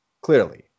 clearly